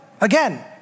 again